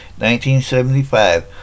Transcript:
1975